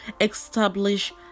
establish